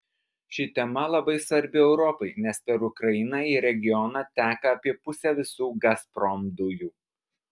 ši tema labai svarbi europai nes per ukrainą į regioną teka apie pusę visų gazprom dujų